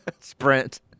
Sprint